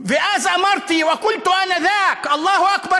ואז אמרתי (אומר בערבית: אמרתי אז אללהו אכבר